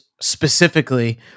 specifically